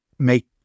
make